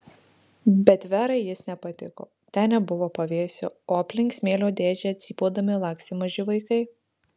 bet verai jis nepatiko ten nebuvo pavėsio o aplink smėlio dėžę cypaudami lakstė maži vaikai